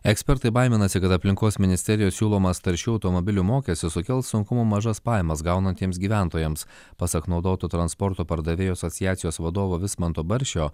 ekspertai baiminasi kad aplinkos ministerijos siūlomas taršių automobilių mokestis sukels sunkumų mažas pajamas gaunantiems gyventojams pasak naudotų transporto pardavėjų asociacijos vadovo vismanto baršio